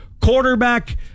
quarterback